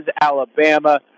Alabama